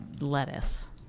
lettuce